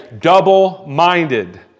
double-minded